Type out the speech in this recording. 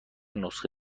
نسخه